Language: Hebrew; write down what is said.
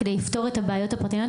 כדי לפתור את הבעיות הפרטניות.